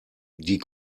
die